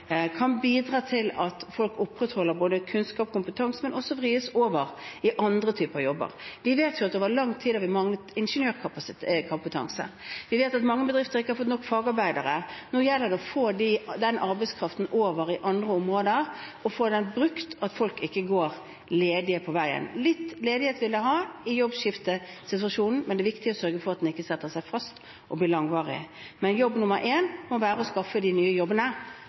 kan bidra til at folk opprettholder både kunnskap og kompetanse, men også vris over i andre typer jobber. Vi vet at vi i lang tid har manglet ingeniørkompetanse. Vi vet at mange bedrifter ikke har fått nok fagarbeidere. Nå gjelder det å få den arbeidskraften over på andre områder og få brukt den, slik at folk ikke går ledige på veien dit. Litt ledighet vil det være i jobbskiftesituasjonen, men det er viktig å sørge for at den ikke setter seg fast og blir langvarig. Men jobb nummer én må være å skaffe de nye jobbene.